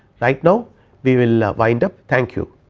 like now we will wind up. thank you.